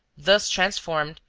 thus transformed,